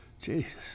Jesus